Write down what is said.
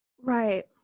Right